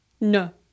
no